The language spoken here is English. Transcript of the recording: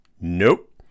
Nope